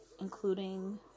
including